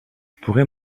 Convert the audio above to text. pourrais